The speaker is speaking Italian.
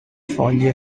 foglie